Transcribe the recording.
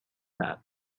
that